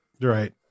Right